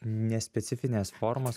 nespecifinės formos